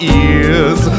ears